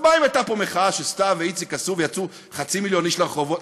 אז מה אם הייתה פה מחאה שסתיו ואיציק עשו ויצאו חצי מיליון איש לרחובות,